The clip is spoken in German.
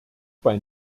bei